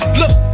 look